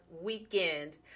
weekend